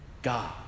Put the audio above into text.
God